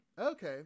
okay